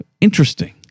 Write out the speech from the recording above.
interesting